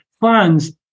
funds